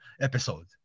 episode